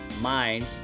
minds